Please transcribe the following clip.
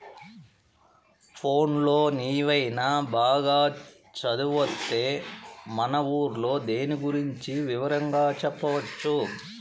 పోన్లే నీవైన బాగా చదివొత్తే మన ఊర్లో దీని గురించి వివరంగా చెప్పొచ్చు